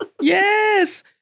yes